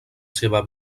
seva